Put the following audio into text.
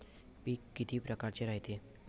पिकं किती परकारचे रायते?